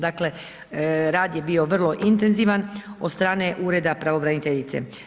Dakle, rad je bio vrlo intenzivan, od strane Ureda pravobraniteljica.